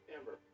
Amber